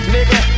Nigga